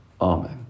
Amen